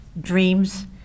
dreams